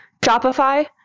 Shopify